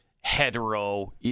hetero